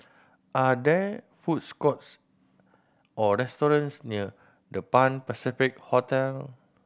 are there foods courts or restaurants near The Pan Pacific Hotel